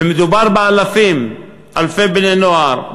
ומדובר באלפים, אלפי בני-נוער.